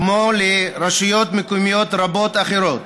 כמו לרשויות מקומיות רבות אחרות,